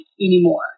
anymore